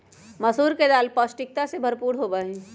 मसूर के दाल पौष्टिकता से भरपूर होबा हई